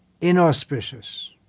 inauspicious